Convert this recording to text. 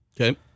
Okay